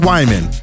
Wyman